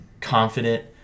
confident